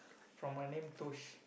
from my name Tosh